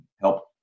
help